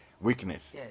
weakness